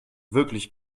wirklich